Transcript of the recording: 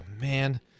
man